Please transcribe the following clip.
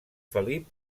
felip